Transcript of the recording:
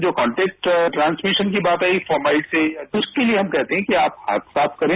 जो contact transmission की बात आई फाउमलिटी की तो उसके लिए हम कहतो है कि आप हाथ साफ करे